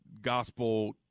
Gospel